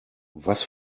was